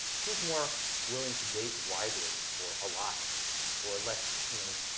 who's more willing to date widely or a lot or less? you know